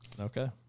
Okay